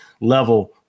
level